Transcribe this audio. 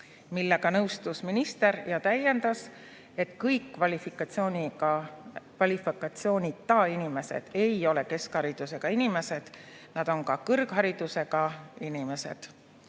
Sellega nõustus minister ja täiendas, et kõik kvalifikatsioonita inimesed ei ole keskharidusega inimesed, nad on ka kõrgharidusega inimesed.